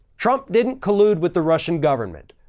trump didn't collude with the russian government.